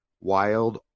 Wild